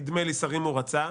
נדמה לי שרים שהוא רצה,